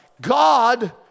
God